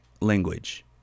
language